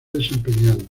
desempeñado